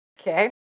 Okay